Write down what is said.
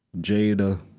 Jada